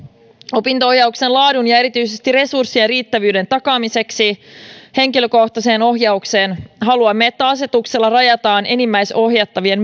opinto ohjauksen laadun ja erityisesti resurssien riittävyyden takaamiseksi henkilökohtaiseen ohjaukseen haluamme että asetuksella rajataan enimmäisohjattavien